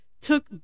took